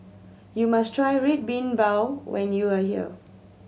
you must try Red Bean Bao when you are here